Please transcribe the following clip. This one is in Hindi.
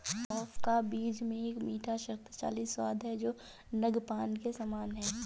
सौंफ का बीज में एक मीठा, शक्तिशाली स्वाद है जो नद्यपान के समान है